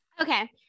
okay